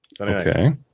okay